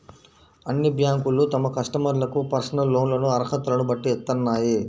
అన్ని బ్యేంకులూ తమ కస్టమర్లకు పర్సనల్ లోన్లను అర్హతలను బట్టి ఇత్తన్నాయి